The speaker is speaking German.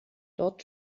dort